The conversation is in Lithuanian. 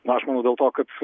na aš manau dėl to kad